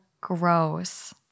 gross